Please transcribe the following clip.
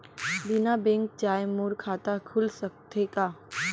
बिना बैंक जाए मोर खाता खुल सकथे का?